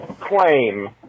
claim